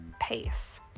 pace